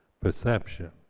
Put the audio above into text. perception